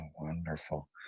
wonderful